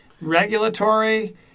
regulatory